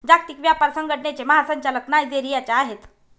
जागतिक व्यापार संघटनेचे महासंचालक नायजेरियाचे आहेत